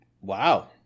wow